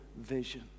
vision